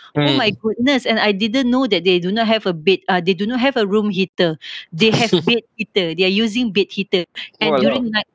oh my goodness and I didn't know that they do not have a bed uh they do not have a room heater they have bed heater they are using bed heater and during night